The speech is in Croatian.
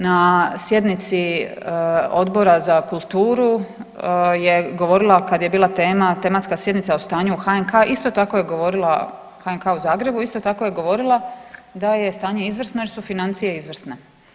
Na sjednici Odbora za kulturu je govorila kad je bila tema, tematska sjednica o stanju u HNK, isto tako je govorila, HNK u Zagrebu, isto tako je govorila da je stanje izvrsno jer su financije izvrsne.